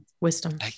wisdom